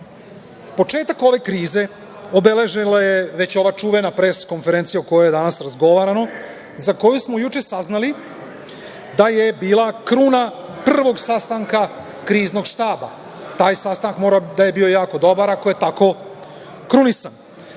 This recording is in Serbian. ove krize obeležila je već ova čuvena pres-konferencija o kojoj je danas razgovaramo, za koju smo juče saznali da je bila kruna prvog sastanka Kriznog štaba. Taj sastanak mora da je bio jako dobar ako je tako krunisan.